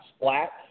splat